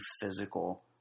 physical